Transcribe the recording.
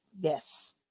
Yes